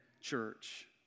church